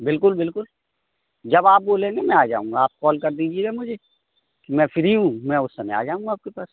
बिल्कुल बिल्कुल जब आप बोलेंगे मैं आ जाऊँगा आप कॉल कर दीजिएगा मुझे मैं फ़्री हूँ मैं उस समय आ जाऊँगा आप के पास